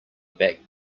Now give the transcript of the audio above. back